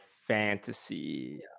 fantasy